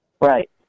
Right